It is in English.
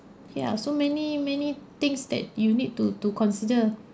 ya so many many things that you need to to consider